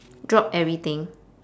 drop everything